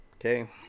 okay